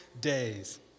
days